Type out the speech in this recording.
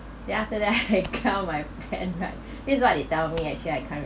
then after that I call my friend right this is what he tell me actually I can't remember